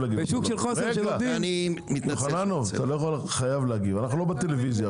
אנחנו לא בטלוויזיה עכשיו.